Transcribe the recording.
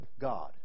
God